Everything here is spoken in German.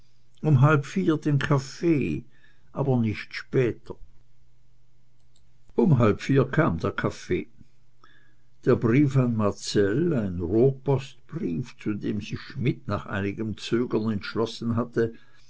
um halb vier den kaffee aber nicht später um halb vier kam der kaffee der brief an marcell ein rohrpostbrief zu dem sich schmidt nach einigem zögern entschlossen hatte